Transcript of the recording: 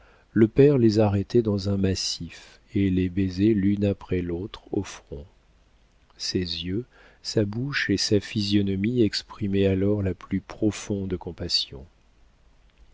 le père les arrêtait dans un massif et les baisait l'une après l'autre au front ses yeux sa bouche et sa physionomie exprimaient alors la plus profonde compassion